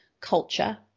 culture